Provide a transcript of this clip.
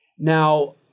Now